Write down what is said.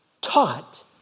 taught